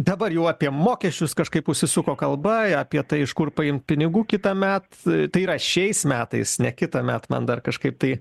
dabar jau apie mokesčius kažkaip užsisuko kalba apie tai iš kur paimt pinigų kitąmet tai yra šiais metais ne kitąmet man dar kažkaip tai